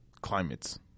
climates